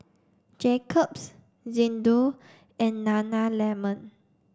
Jacob's Xndo and Nana lemon